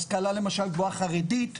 השכלה חרדית גבוהה,